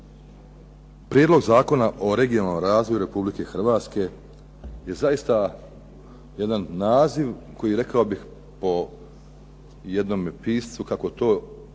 prijedlog Zakona o regionalnom razvoju RH je zaista jedan naziv koji rekao bih po jednom piscu kako to gordo i